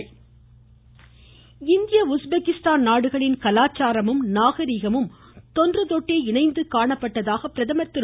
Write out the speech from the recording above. பிரதமர் இந்திய உஸ்பெகிஸ்தான் நாடுகளின் கலாச்சாரமும் நாகரீகமும் தொன்றுதொட்டே இணைந்து காணப்பட்டதாக பிரதமர் திரு